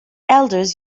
elders